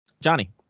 Johnny